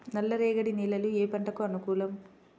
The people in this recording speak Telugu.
నల్ల రేగడి నేలలు ఏ పంటకు అనుకూలం?